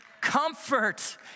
Comfort